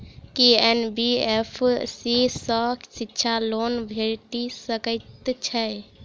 की NBFC सँ शिक्षा loan भेटि सकैत अछि?